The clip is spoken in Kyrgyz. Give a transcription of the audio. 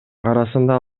арасында